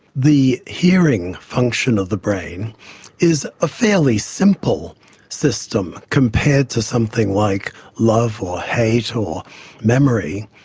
the hearing function of the brain is a fairly simple system compared to something like love or hate or memory,